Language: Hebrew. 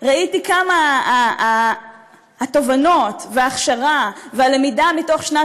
ראיתי כמה התובנות וההכשרה והלמידה בשנת